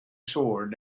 sword